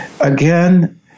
again